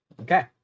Okay